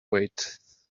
weight